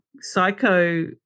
psycho